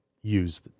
use